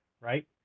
Right